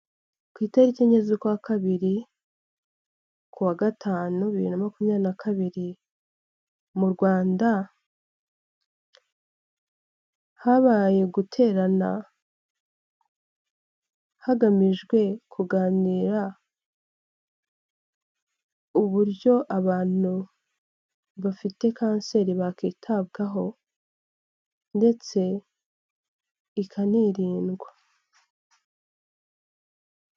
Ku itariki enye z'ukwa kabiri, kuwa gatanu bibiri na makumyabiri na kabiri, mu Rwanda habaye guterana hagamijwe kuganira uburyo abantu bafite kanseri bakwitabwaho, ndetse ikanirindwa.